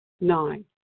Nine